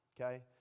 okay